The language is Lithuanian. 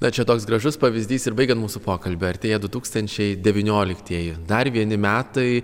na čia toks gražus pavyzdys ir baigiant mūsų pokalbį artėja du tūkstančiai devynioliktieji dar vieni metai